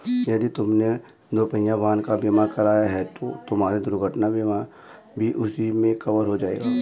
यदि तुमने दुपहिया वाहन का बीमा कराया है तो तुम्हारा दुर्घटना बीमा भी उसी में कवर हो जाएगा